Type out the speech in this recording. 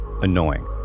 annoying